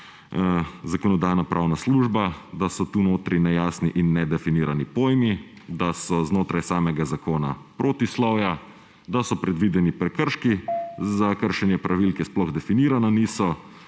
Zakonodajno-pravna služba: da so tukaj notri nejasni in nedefinirani pojmi, da so znotraj samega zakona protislovja, da so predvideni prekrški za kršenje pravil, ki sploh definirana niso,